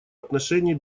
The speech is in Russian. отношении